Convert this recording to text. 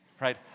Right